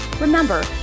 Remember